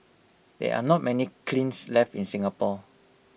there are not many kilns left in Singapore